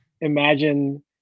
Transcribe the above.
imagine